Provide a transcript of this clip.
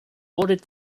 ordered